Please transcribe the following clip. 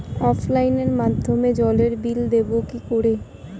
অফলাইনে মাধ্যমেই জলের বিল দেবো কি করে?